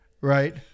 right